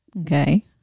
Okay